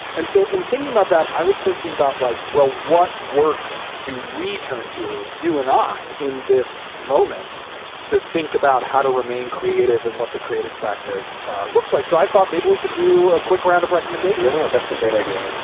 and so in thinking about that, i was thinking about like, well, what works? do we turn to you and i in this moment to think about how to remain creative and what the creative practice looks like. so i thought maybe we could do a quick round of recommendations that's a great idea.